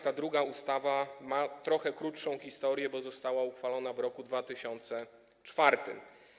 Ta druga ustawa ma trochę krótszą historię, bo została uchwalona w roku 2004.